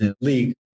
league